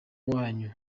wanyu